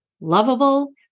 lovable